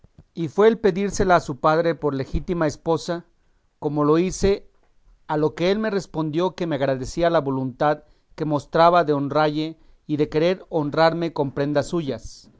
y fue el pedírsela a su padre por legítima esposa como lo hice a lo que él me respondió que me agradecía la voluntad que mostraba de honralle y de querer honrarme con prendas suyas